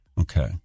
Okay